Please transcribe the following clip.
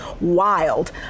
wild